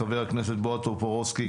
חבר הכנסת בועז טופורובסקי,